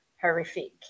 horrific